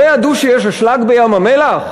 לא ידעו שיש אשלג בים-המלח?